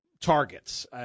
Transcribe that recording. Targets